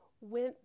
went